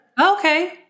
Okay